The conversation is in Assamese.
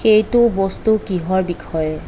সেইটো বস্তু কিহৰ বিষয়ে